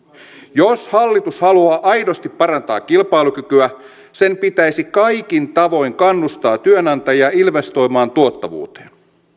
jos hallitus haluaa aidosti parantaa kilpailukykyä sen pitäisi kaikin tavoin kannustaa työnantajia investoimaan tuottavuuteen